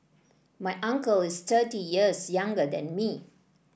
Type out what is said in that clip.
my uncle is thirty years younger than me